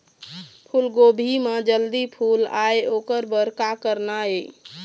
फूलगोभी म जल्दी फूल आय ओकर बर का करना ये?